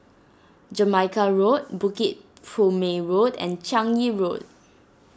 Jamaica Road Bukit Purmei Road and Changi Road